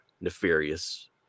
nefarious